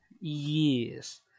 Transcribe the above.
yes